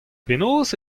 penaos